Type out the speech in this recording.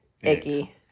icky